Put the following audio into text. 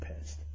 pissed